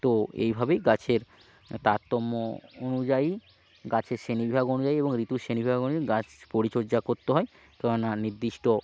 তো এইভাবেই গাছের তারতম্য অনুযায়ী গাছের শ্রেণীবিভাগ অনুযায়ী এবং ঋতুর শ্রেণীবিভাগ অনুযায়ী গাছ পরিচর্যা করতে হয় কেননা নির্দিষ্ট